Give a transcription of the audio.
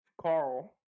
Carl